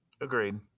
agreed